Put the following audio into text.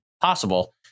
possible